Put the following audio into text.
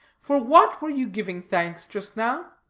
for what were you giving thanks just now?